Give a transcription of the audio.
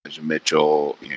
Mitchell